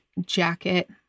jacket